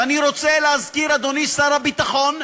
ואני רוצה להזכיר, אדוני שר הביטחון,